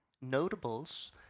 notables